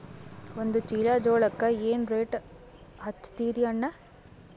ಒಂದ ಚೀಲಾ ಜೋಳಕ್ಕ ಏನ ರೇಟ್ ಹಚ್ಚತೀರಿ ಅಣ್ಣಾ?